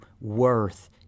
worth